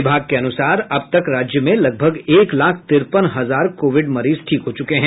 विभाग के अनुसार अब तक राज्य में लगभग एक लाख तिरपन हजार कोविड मरीज ठीक हो चुके हैं